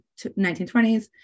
1920s